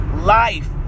life